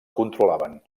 controlaven